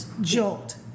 jolt